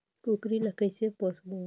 कूकरी ला कइसे पोसबो?